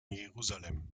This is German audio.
jerusalem